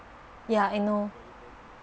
ya I know